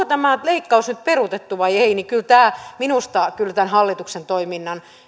tämä leikkaus nyt peruutettu vai ei kyllä tämä minusta tämän hallituksen toiminnan